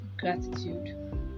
gratitude